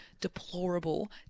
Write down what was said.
deplorable